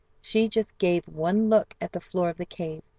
she just gave one look at the floor of the cave,